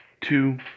two